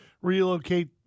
relocate